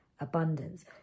abundance